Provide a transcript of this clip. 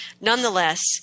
Nonetheless